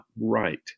right